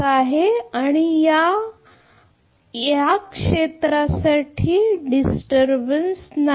एक क्षेत्रातील डिस्टर्बन्स नाही